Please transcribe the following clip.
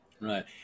Right